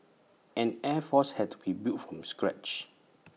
an air force had to be built from scratch